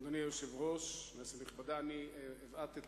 אדוני היושב-ראש, כנסת נכבדה, אבעט את